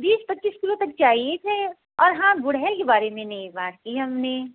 बीस पच्चीस किलो तक चाहिए थे और हाँ गुड़हल के बारे में नहीं बात कि हमने